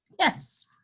yes.